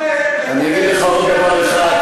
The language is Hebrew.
אני אגיד לך עוד דבר אחד,